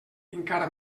encara